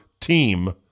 team